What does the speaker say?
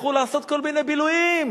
לכו לעשות כל מיני בילויים,